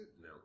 No